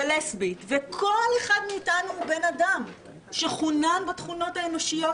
לסבית וכל אחד מאתנו הוא בן אדם שחונן בתכונות האנושיות